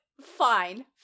Fine